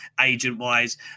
agent-wise